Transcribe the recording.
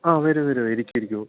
ആ വരൂ വരൂ ഇരിക്കു ഇരിക്കു